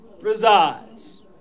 resides